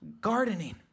gardening